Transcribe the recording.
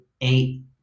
eight